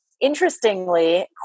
interestingly